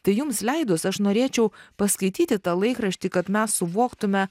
tai jums leidus aš norėčiau paskaityti tą laikraštį kad mes suvoktume